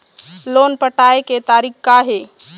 Loan पटाए के तारीख़ का हे?